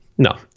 No